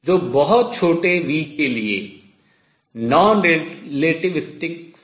जो बहुत छोटे v के लिए non relativistic अनआपेक्षिकीय सूत्र पर चला जाता है